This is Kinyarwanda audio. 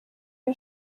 iyo